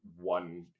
one